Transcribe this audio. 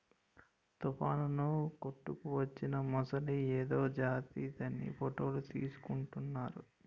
తుఫానుకు కొట్టుకువచ్చిన మొసలి ఏదో జాతిదని ఫోటోలు తీసుకుంటున్నారు